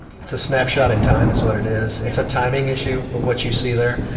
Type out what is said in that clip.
it's a snapshot in time, is what it is. it's a timing issue of what you see there.